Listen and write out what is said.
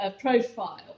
profile